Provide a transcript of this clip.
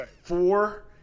four